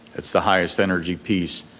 it's the highest energy piece.